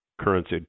currency